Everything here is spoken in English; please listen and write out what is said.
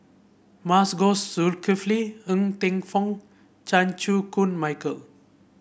Masagos Zulkifli Ng Teng Fong Chan Chew Koon Michael